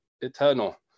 eternal